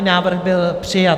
Návrh byl přijat.